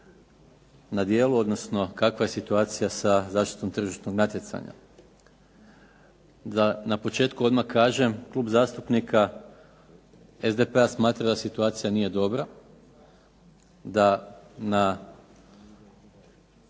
na djelu, odnosno kakva je situacija sa zaštitom tržišnog natjecanja. Da na početku odmah kažem, Klub zastupnika SDP-a smatra da situacija nije dobra, da na